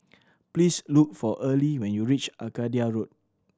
please look for Earlie when you reach Arcadia Road